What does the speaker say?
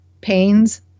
pains